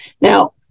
Now